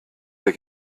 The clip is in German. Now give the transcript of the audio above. der